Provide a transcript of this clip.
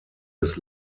des